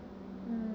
uh